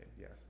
Yes